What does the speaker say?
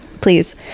Please